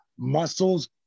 muscles